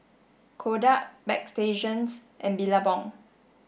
Kodak Bagstationz and Billabong